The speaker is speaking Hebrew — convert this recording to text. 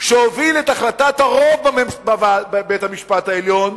שהוביל את החלטת הרוב בבית-המשפט העליון,